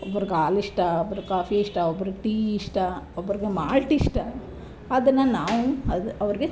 ಒಬ್ರಿಗೆ ಆಲಿಷ್ಟ ಒಬ್ರಿಗೆ ಕಾಫಿ ಇಷ್ಟ ಒಬ್ರಿಗೆ ಟೀ ಇಷ್ಟ ಒಬ್ಬರಿಗೆ ಮಾಲ್ಟ್ ಇಷ್ಟ ಅದನ್ನು ನಾವು ಅವ್ರಿಗೆ